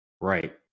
Right